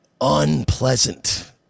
unpleasant